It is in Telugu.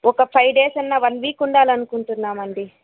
ఒక ఫైవ్ డేస్ అన్నా వన్ వీక్ ఉండాలి అనుకుంటున్నాం అండి